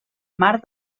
mar